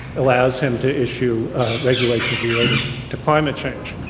allows him to issue regulation s related to climate change.